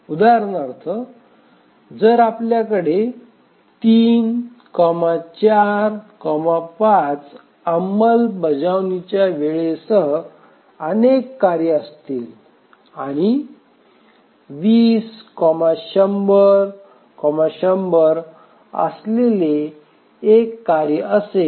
उदाहरणार्थ जर आपल्याकडे 3 4 5 अंमलबजावणीच्या वेळेसह अनेक कार्ये असतील आणि 20 100 100 असलेले एक कार्य असेल